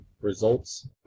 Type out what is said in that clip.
results